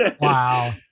Wow